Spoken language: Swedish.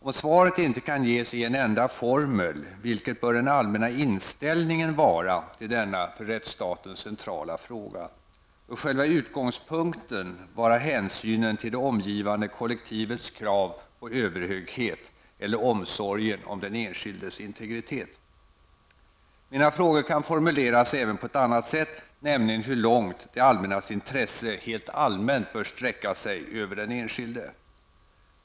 Om svaret inte kan ges i en enda formel, vilken bör då den allmänna inställningen vara till denna för rättsstaten centrala fråga? Bör själva utgångspunkten vara hänsynen till det omgivande kollektivets krav på överhöghet eller omsorgen om den enskildes integritet? Mina frågor kan formuleras även på ett annat sätt, nämligen hur långt det allmännas intresse helt allmänt bör sträcka sig över den enskilde.